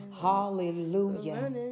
hallelujah